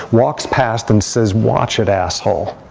walks past, and says, watch it, asshole,